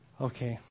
Okay